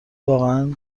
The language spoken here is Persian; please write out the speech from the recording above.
واقعا